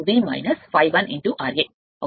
అవుతుంది